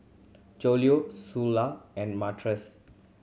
Joella Sula and Martez